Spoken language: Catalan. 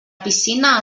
piscina